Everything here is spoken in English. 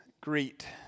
greet